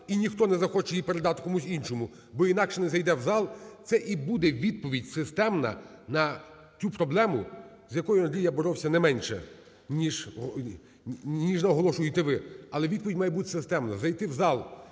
і ніхто не захоче її передати комусь іншому, бо інакше не зайде в зал це і буде відповідь системна на цю проблему, з якою, Андрій, я боровся не менше ніж наголошуєте ви. Але відповідь має бути системна, зайти в зал